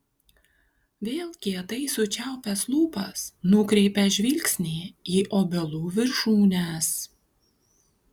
vėl kietai sučiaupęs lūpas nukreipia žvilgsnį į obelų viršūnes